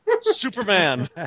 Superman